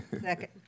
Second